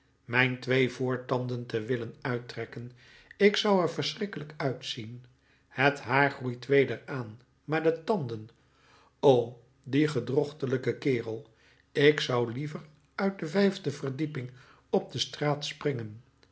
mijn twee voortanden te willen uittrekken ik zou er verschrikkelijk uitzien het haar groeit weder aan maar de tanden o die gedrochtelijke kerel ik zou liever uit de vijfde verdieping op de straat springen